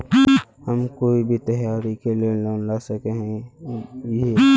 हम कोई भी त्योहारी के लिए लोन ला सके हिये?